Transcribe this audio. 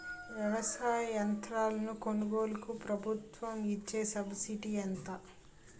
వ్యవసాయ యంత్రాలను కొనుగోలుకు ప్రభుత్వం ఇచ్చే సబ్సిడీ ఎంత?